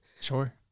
Sure